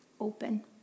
open